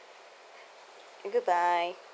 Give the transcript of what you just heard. thank you bye